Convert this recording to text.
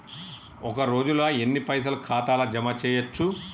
ఒక రోజుల ఎన్ని పైసల్ ఖాతా ల జమ చేయచ్చు?